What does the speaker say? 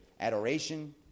adoration